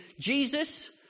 Jesus